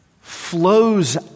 flows